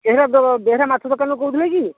ବେହେରା ଦ ବେହେରା ମାଛ ଦୋକାନରୁ କହୁଥିଲେ କି